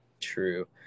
True